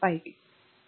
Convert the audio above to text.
तर p v i